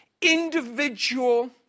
individual